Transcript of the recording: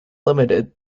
limited